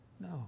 no